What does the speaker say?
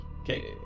Okay